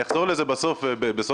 אחזור על זה בסוף דבריי,